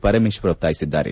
ಪರಮೇಶ್ವರ್ ಒತ್ತಾಯಿಸಿದ್ದಾರೆ